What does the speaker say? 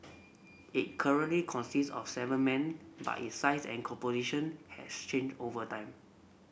it currently consists of seven men but it size and composition has changed over time